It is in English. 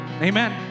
Amen